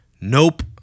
Nope